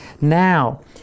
Now